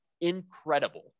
incredible